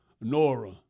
Nora